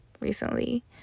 recently